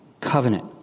covenant